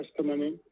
testimony